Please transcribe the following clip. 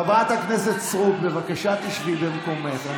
חברת הכנסת סטרוק, בבקשה תשבי במקומך.